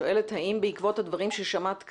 שואלת האם בעקבות הדברים ששמעת כאן,